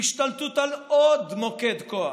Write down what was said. להשתלטות על עוד מוקד כוח.